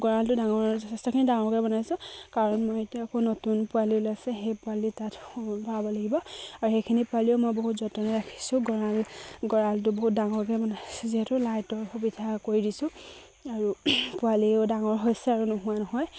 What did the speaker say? গঁৰালটো ডাঙৰ যথেষ্টখিনি ডাঙৰকে বনাইছোঁ কাৰণ মই এতিয়া আকৌ নতুন পোৱালি ওলাইছে সেই পোৱালি তাত লোৱাব লাগিব আৰু সেইখিনি পোৱালিও মই বহুত যতনেৰে ৰাখিছোঁ গঁৰাল গঁৰালটো বহুত ডাঙৰকে বনাইছোঁ যিহেতু লাইটৰ সুবিধা কৰি দিছোঁ আৰু পোৱালিও ডাঙৰ হৈছে আৰু নোহোৱা নহয়